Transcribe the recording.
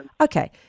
Okay